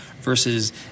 versus